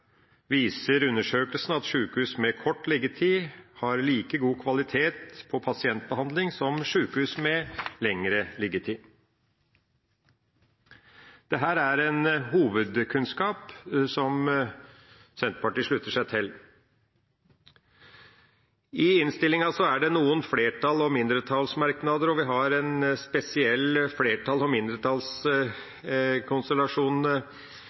viser undersøkelsen at sjukehus med kort liggetid har like god kvalitet på pasientbehandling som sjukehus med lengre liggetid. Dette er en hovedkunnskap som Senterpartiet slutter seg til. I innstillinga er det noen flertalls- og mindretallsmerknader, og vi har en spesiell